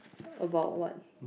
about what